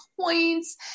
points